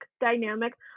dynamic